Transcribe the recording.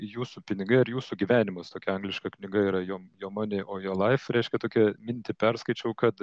jūsų pinigai ar jūsų gyvenimas tokia angliška knyga yra jo jo many o jo laif reiškia tokia mintį perskaičiau kad